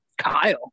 Kyle